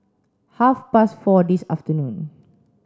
half past four this afternoon